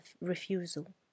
refusal